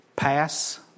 Pass